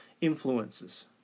influences